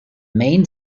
main